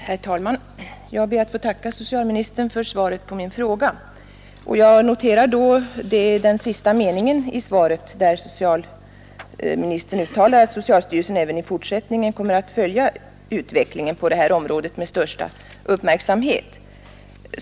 Herr talman! Jag ber att få tacka socialministern för svaret på min fråga, och jag noterar den sista meningen i svaret, där socialministern uttalar att socialstyrelsen även i fortsättningen kommer att följa utvecklingen på detta område med största uppmärksamhet.